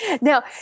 Now